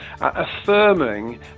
affirming